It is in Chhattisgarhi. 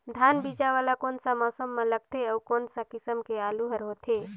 धान बीजा वाला कोन सा मौसम म लगथे अउ कोन सा किसम के आलू हर होथे?